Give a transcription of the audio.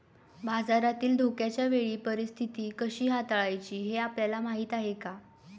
बाजारातील धोक्याच्या वेळी परीस्थिती कशी हाताळायची हे आपल्याला माहीत आहे का?